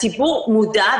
הציבור מודע,